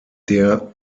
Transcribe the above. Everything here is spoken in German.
der